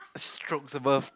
strokes above